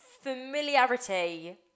familiarity